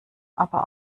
aber